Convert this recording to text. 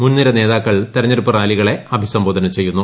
മുൻനിര നേതാക്കൾ തെരഞ്ഞെടുപ്പ് റാലികളെ അഭിസംബോധന ചെയ്തു